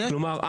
כלומר,